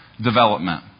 Development